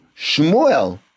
Shmuel